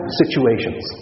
situations